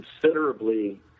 considerably